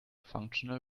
functional